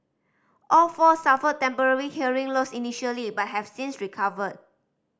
all four suffered temporary hearing loss initially but have since recovered